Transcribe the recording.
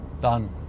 Done